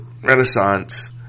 renaissance